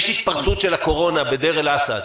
יש התפרצות של הקורונה בדיר אל אסד.